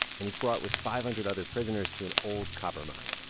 and he's brought with five hundred other prisoners to an old copper mine,